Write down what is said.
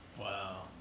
wow